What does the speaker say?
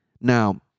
now